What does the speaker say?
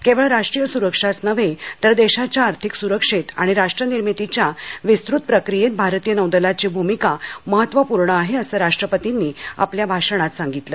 केवळ राष्ट्रीय सुरक्षाच नव्हे तर देशाच्या आर्थिक सुरक्षेत आणि राष्ट्रनिर्मितीच्या विस्तृत प्रक्रियेत भारतीय नौदलाची भूमिका महत्त्वपूर्ण आहे असं राष्ट्रपतींनी आपल्या भाषणात सांगितलं